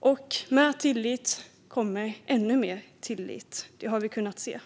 fråga. Med tillit kommer ännu mer tillit. Det har vi sett.